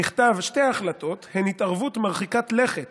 כך נכתב: "שתי ההחלטות הן התערבות מרחיקת לכת